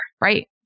right